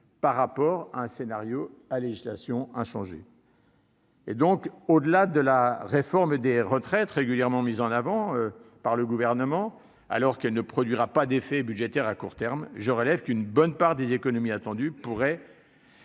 par rapport à un scénario à législation inchangée. Au-delà de la réforme des retraites régulièrement mise en avant par le Gouvernement, alors qu'elle ne produira pas d'effets budgétaires à court terme, je relève qu'une bonne part des économies attendues pourrait